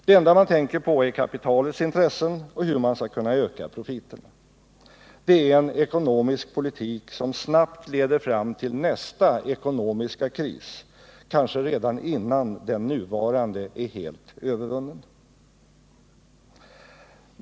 Det enda man tänker på är kapitalets intressen och hur man skall kunna öka profiterna. Det är en ekonomisk politik som snabbt leder fram till nästa ekonomiska kris, kanske redan innan den nuvarande är helt övervunnen.